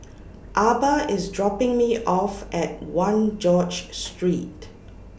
Arba IS dropping Me off At one George Street